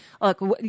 Look